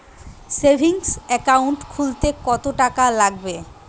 Savings account খুলতে কতটাকা লাগবে?